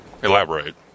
Elaborate